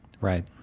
Right